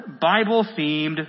Bible-themed